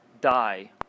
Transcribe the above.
die